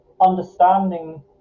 understanding